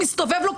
מסתובב לו,